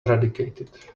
eradicated